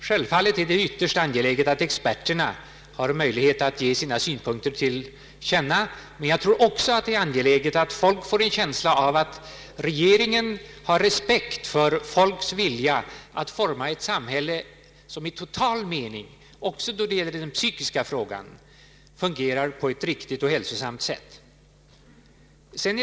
Självfallet är det ytterst angeläget att experterna har möjlighet att ge sina synpunkter till känna, men det är också angeläget att folk får en känsla av att regeringen har respekt för folks vilja att forma ett samhälle som i total mening — också då det gäller den psykiska frågan — fungerar på ett riktigt och hälsosamt sätt.